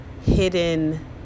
hidden